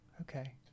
Okay